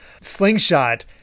slingshot